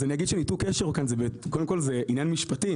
אז אני אגיד שניתוק קשר, קודם כל זה עניין משפטי.